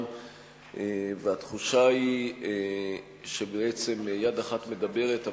והתחושה היא שיד אחת מדברת,